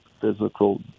physical